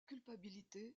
culpabilité